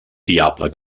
diable